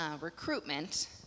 recruitment